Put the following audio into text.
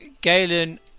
Galen